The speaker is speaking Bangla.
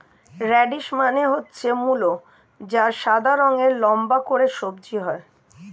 রেডিশ মানে হচ্ছে মূলো যা সাদা রঙের লম্বা করে সবজি হয়